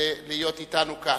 להיות אתנו כאן.